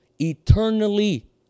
eternally